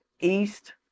East